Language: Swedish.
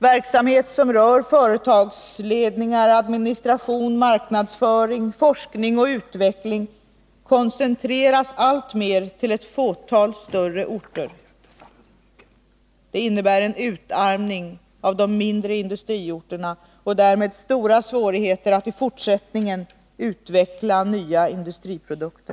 Verksamhet som rör företagsledningar, administration, marknadsföring, forskning och utveckling koncentreras alltmer till ett fåtal större orter. Det innebär en utarmning av de mindre industriorterna och därmed stora svårigheter att i fortsättningen utveckla nya industriprodukter.